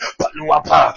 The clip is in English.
paluapa